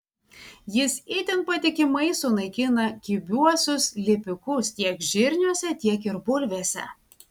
jis itin patikimai sunaikina kibiuosius lipikus tiek žirniuose tiek ir bulvėse